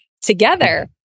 together